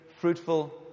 fruitful